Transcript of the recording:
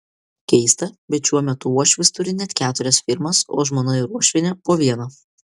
keista bet šiuo metu uošvis turi net keturias firmas o žmona ir uošvienė po vieną